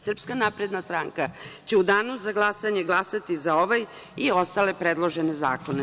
Srpska napredna stranka će u danu za glasanje glasati za ovaj i ostale predložene zakone.